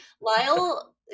lyle